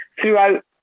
throughout